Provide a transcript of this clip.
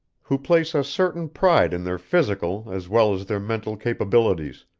who place a certain pride in their physical as well as their mental capabilities,